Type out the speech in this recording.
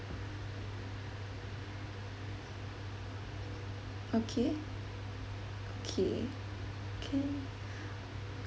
okay K can